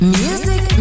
music